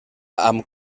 amb